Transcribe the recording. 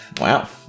Wow